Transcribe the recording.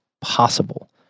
possible